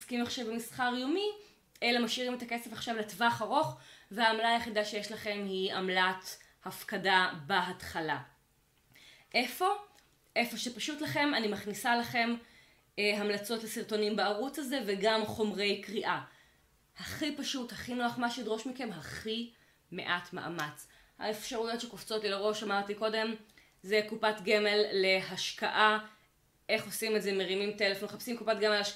מתעסקים עכשיו במסחר יומי, אלה משאירים את הכסף עכשיו לטווח ארוך והעמלה היחידה שיש לכם היא עמלת הפקדה בהתחלה. איפה? איפה שפשוט לכם, אני מכניסה לכם המלצות לסרטונים בערוץ הזה וגם חומרי קריאה. הכי פשוט, הכי נוח, מה שידרוש מכם, הכי מעט מאמץ. האפשרות שקופצות לי לראש, אמרתי קודם, זה קופת גמל להשקעה. איך עושים את זה? מרימים טלפון, מחפשים קופת גמל להשקעה